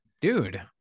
Dude